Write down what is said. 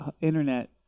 internet